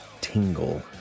tingle